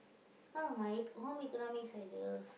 oh my home-economics I love